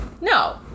no